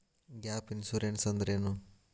Gap insurance ಅಂದ್ರೇನು?